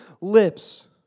lips